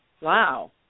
Wow